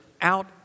out